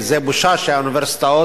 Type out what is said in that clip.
זו בושה שהאוניברסיטאות